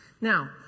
Now